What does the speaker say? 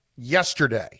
yesterday